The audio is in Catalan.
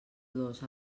dos